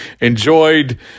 enjoyed